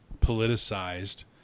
politicized